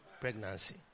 pregnancy